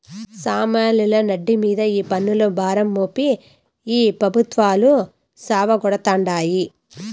సామాన్యుల నడ్డి మింద ఈ పన్నుల భారం మోపి ఈ పెబుత్వాలు సావగొడతాండాయి